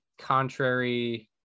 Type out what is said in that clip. contrary